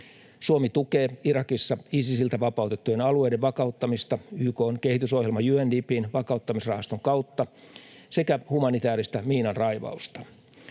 Suomi tukee Irakissa Isisiltä vapautettujen alueiden vakauttamista YK:n kehitysohjelma UNDP:n vakauttamisrahaston kautta sekä humanitaarista miinanraivausta.